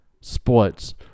sports